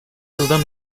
yıldan